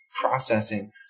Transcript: processing